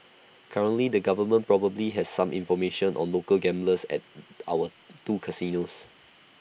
currently the government probably has some information on local gamblers at our two casinos